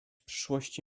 przyszłości